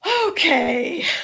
Okay